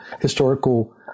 historical